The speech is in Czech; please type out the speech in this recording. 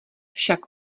však